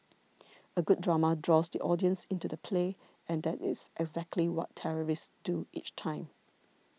a good drama draws the audience into the play and that is exactly what terrorists do each time